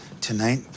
Tonight